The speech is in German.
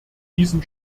diesen